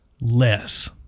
less